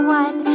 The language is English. one